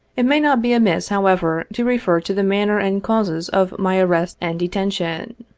it may not be amiss, however, to refer to the manner and causes of my arrest and detention.